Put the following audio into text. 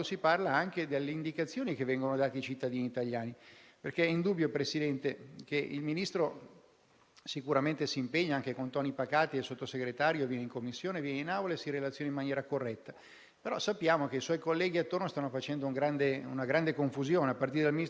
Questa relazione manca, lo vediamo costantemente, come dicevo prima, con l'attività del Governo intero. E poi ci sono dei quesiti che vogliamo porre e su cui vogliamo delle risposte. Abbiamo saputo che dei 150.000 kit per i test sierologici previsti,